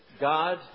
God